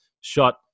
shot